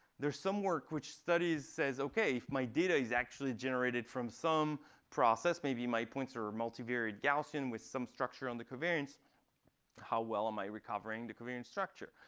there's some work which studies says, ok, if my data is actually generated from some process maybe, my points are are multivariate gaussian with some structure on the covariance how well am i recovering the covariance structure?